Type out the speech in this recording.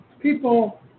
people